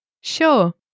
Sure